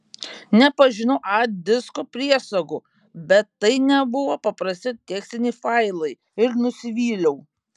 nepažinau a disko priesagų bet tai nebuvo paprasti tekstiniai failai ir nusivyliau